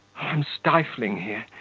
i'm stifling here.